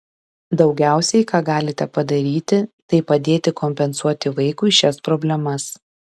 daugiausiai ką galite padaryti tai padėti kompensuoti vaikui šias problemas